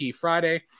Friday